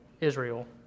Israel